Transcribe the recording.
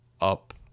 up